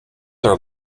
are